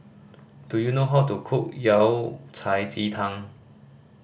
do you know how to cook Yao Cai ji tang